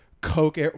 coke